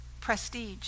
prestige